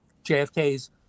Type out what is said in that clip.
JFK's